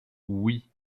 oui